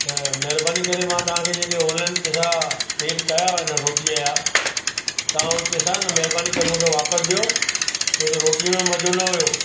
त महिरबानी करे मां तव्हांखे जेके ऑनलाइन पैसा पेड कया हुआ हिन रोटी जा तव्हां उहे पैसा न महिरबानी करे मूंखे वापसि ॾियो छो जो रोटी में मज़ो न हुओ